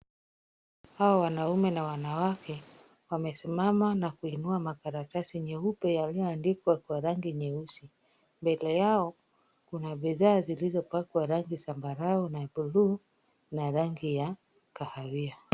Hawa wanaume na wanawake wamesimama na kuinua makaratasi nyeupe yaliyo andikwa kwa rangi nyeusi. Mbele yao kuna bidhaa zilizopakwa rangi zambarau na buluu na rangi ya kahawia.